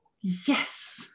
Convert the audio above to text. Yes